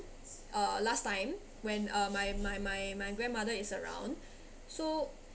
uh last time when uh my my my my grandmother is around so